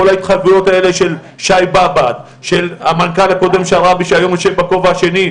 כל ההתחייבויות האלה של המנכ"ל הקודם שרעבי שהיום יושב בכובע השני,